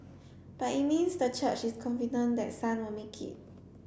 but it means the church is confident that Sun will make it